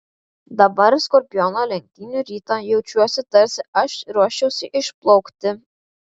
dabar skorpiono lenktynių rytą jaučiuosi tarsi aš ruoščiausi išplaukti